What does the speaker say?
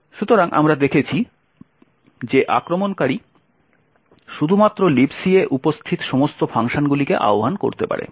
সুতরাং আমরা দেখেছি যে আক্রমণকারী শুধুমাত্র Libc এ উপস্থিত সমস্ত ফাংশনগুলিকে আহ্বান করতে পারে